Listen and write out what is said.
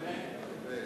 אמן.